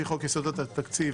לפי חוק יסודות התקציב,